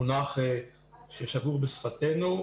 מונח ששגור בשפתנו.